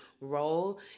role